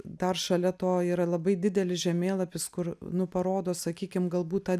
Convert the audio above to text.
dar šalia to yra labai didelis žemėlapis kur nu parodo sakykim galbūt tą